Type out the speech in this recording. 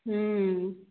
ହୁଁ